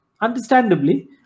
understandably